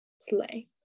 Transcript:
Slay